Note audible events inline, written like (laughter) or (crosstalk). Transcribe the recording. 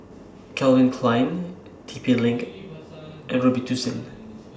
Calvin Klein T P LINK (noise) and Robitussin